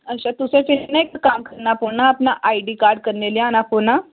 तुसें ई इक कम्म करना पौना अपना आईडी कार्ड कन्नै लेहाना पौना